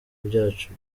byacu